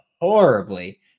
horribly